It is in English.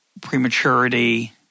prematurity